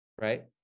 right